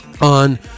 on